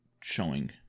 showing